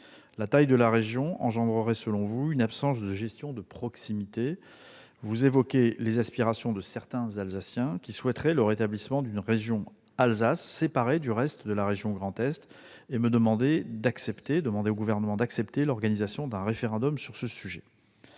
La taille de cette région entraînerait, selon vous, une absence de gestion de proximité. Vous évoquez les aspirations de certains Alsaciens au rétablissement d'une région Alsace séparée du reste de la région Grand Est, et demandez au Gouvernement d'accepter l'organisation d'un référendum sur ce sujet.